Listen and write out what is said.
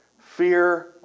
Fear